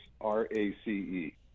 R-A-C-E